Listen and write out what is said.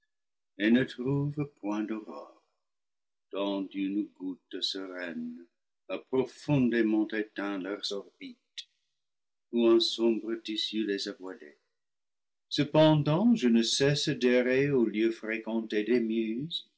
point d'aurore tant une goutte sereine a profondément éteint leurs orbites ou un sombre tissu les a voilés cependant je ne cesse d'errer aux lieux fréquentés des muses